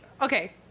okay